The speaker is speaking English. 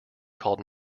called